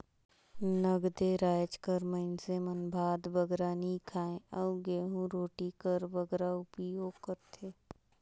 नगदे राएज कर मइनसे मन भात बगरा नी खाएं अउ गहूँ रोटी कर बगरा उपियोग करथे